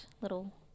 little